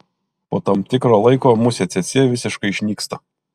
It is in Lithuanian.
po tam tikro laiko musė cėcė visiškai išnyksta